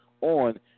on